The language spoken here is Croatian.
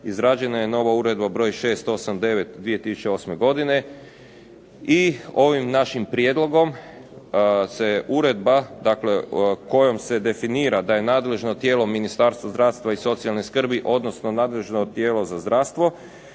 izrađena je nova Uredba br. 689/2008 godine i ovim našim prijedlogom se uredba, dakle kojom se definira da je nadležno tijelo Ministarstva zdravstva i socijalne skrbi, odnosno nadležno tijelo za zdravstvo,